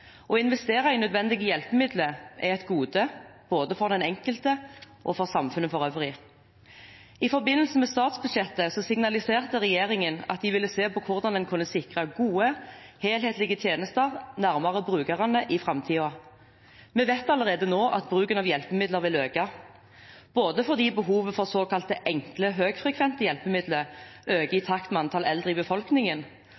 Å investere i nødvendige hjelpemidler er et gode både for den enkelte og for samfunnet for øvrig. I forbindelse med statsbudsjettet signaliserte regjeringen at de ville se på hvordan en kunne sikre gode, helhetlige tjenester nærmere brukerne i framtiden. Vi vet allerede nå at bruken av hjelpemidler vil øke, både fordi behovet for såkalte enkle, høyfrekvente hjelpemidler øker